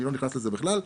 אני לא נכנס לזה בכלל,